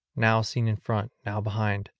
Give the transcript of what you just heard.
now seen in front, now behind,